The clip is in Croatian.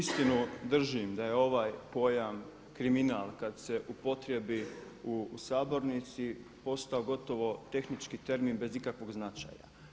Uistinu držim da je ovaj pojam kriminal kada se upotrijebi u sabornici postao gotovo tehnički termin bez ikakvog značaja.